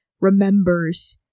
remembers